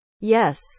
Yes